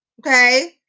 Okay